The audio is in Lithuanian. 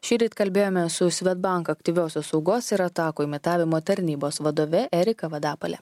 šįryt kalbėjome su svedbank aktyviosios saugos ir atakų imitavimo tarnybos vadove erika vadapalė